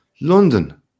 London